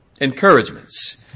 Encouragements